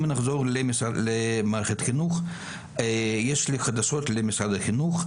נחזור למערכת החינוך ויש לי חדשות למשרד החינוך.